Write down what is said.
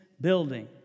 building